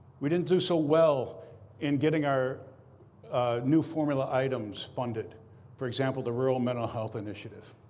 we didn't do so well in getting our new formula items funded for example, the rural mental health initiative.